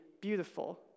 beautiful